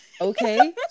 okay